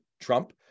Trump